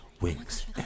wings